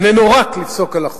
איננו רק לפסוק הלכות.